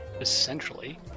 essentially